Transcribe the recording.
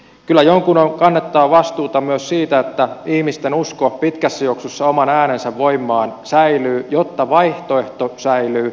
kyllä jonkun on kannettava vastuuta myös siitä että ihmisten usko pitkässä juoksussa oman äänensä voimaan säilyy jotta vaihtoehto säilyy